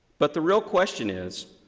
but the real question is,